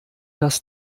das